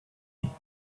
body